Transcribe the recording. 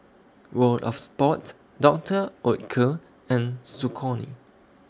World of Sports Doctor Oetker and Saucony